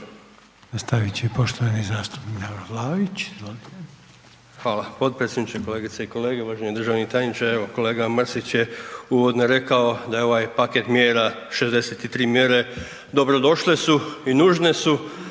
Nastavit će poštovani zastupnik Davor Vlaović,